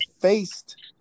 faced